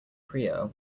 priya